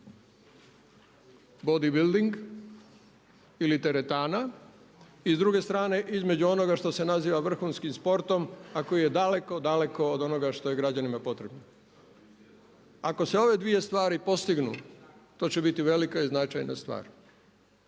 bodybuilding ili teretana i s druge strane između onoga što se naziva vrhunskim sportom a koji je daleko, daleko od onoga što je građanima potrebno. Ako se ove dvije stvari postignu to će biti velika i značajna stvar.